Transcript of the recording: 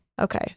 Okay